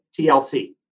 TLC